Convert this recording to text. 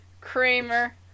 Kramer